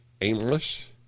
aimless